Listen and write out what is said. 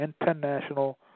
International